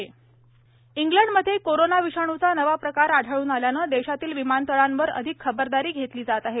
खबरदारी इंग्लंडमध्ये कोरोना विषाणूचा नवा प्रकार आढळून आल्याने देशातील विमानतळांवर अधिक खबरदारी घेतली जात आहे